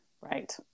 right